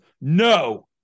No